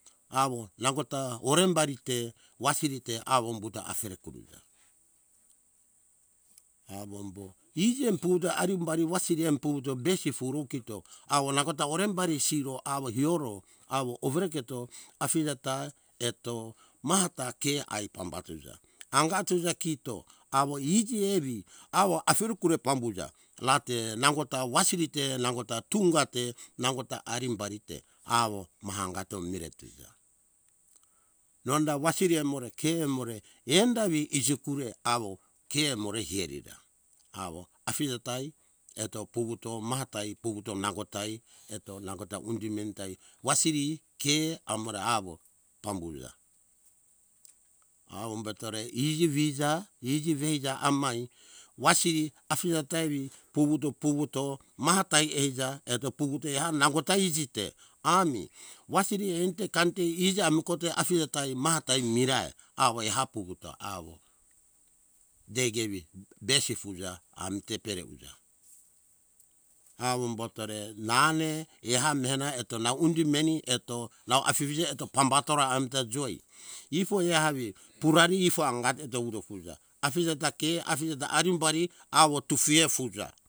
Awo nangota orembari te wasiri te awo umbuto afere kuruja amo ombo iji puto arimbari wasiri em puvuto besi furo kito awo nangota orembari siro awo eora awo owereketo afije ta eto mahata ke ae pambatuza angatuza kito awo ifu tievi awo afiri kue pambuza rate nango ta wasiri te nango ta tunga te nangota arimbari te awo mahangato mire tuza nonda wasiri emore ke emore enda vei isi kure awo ke emore herira awo afije tai eto puvuto mahata ipuvuto nangota hi eto nangota undi meni tai wasiri ke amore avo pambuza awo umbatore iji veiza iji veija amai wasiri afije tevi puvuto - puvuto mahata eiza eto puvuto am nangota iji te ami wasiri ente kante iji ami kote afije tai mahata mirai awo ehai puvuto awo deige vi besi fuja ami tepere uja awo umbatore nane eha mena eto na undi meni eto nau afifije eto pambatora amita joi efo ehavi purari ifo angati jovure fuza afije ta ke afije ta arimbari awo tufie fuja